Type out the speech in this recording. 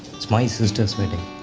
it's my sister's wedding.